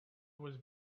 was